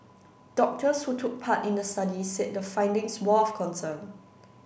doctors who took part in the study said the findings were of concern